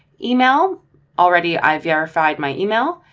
email already i've verified my email.